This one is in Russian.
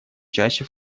чаще